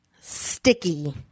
Sticky